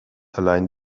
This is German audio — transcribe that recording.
allein